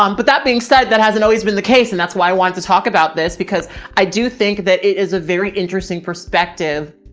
um but that being said, that hasn't always been the case. and that's why i wanted to talk about this because i do think that it is a very interesting perspective